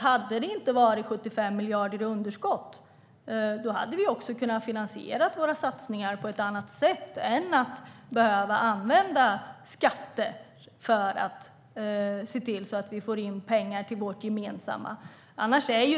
Hade det inte varit 75 miljarder i underskott hade vi kunnat finansiera våra satsningar på ett annat sätt än att använda skatter för att se till att vi får in pengar till det gemensamma.